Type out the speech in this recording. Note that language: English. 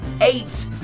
eight